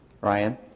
ryan